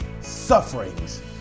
Sufferings